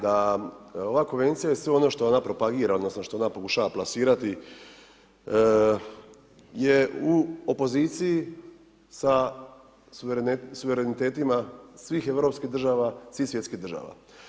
Da, ova Konvencija je sve ono što ona propagira, odnosno što ona pokušava plasirati je u opoziciji sa suverenitetima svih europskih država, svih svjetskih država.